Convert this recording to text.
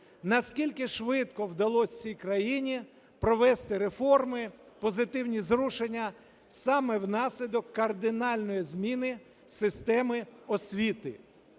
наскільки швидко вдалося цій країні провести реформи, позитивні зрушення саме внаслідок кардинальної зміни системи освіти.